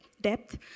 depth